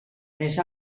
més